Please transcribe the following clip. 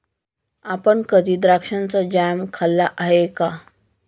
आपण कधी द्राक्षाचा जॅम खाल्ला आहे का?